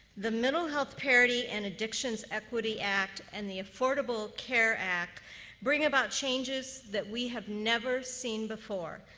the mental health parity and addictions equity act and the affordable care act bring about changes that we have never seen before.